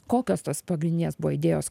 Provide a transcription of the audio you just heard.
kokios tos pagrindinės buvo idėjos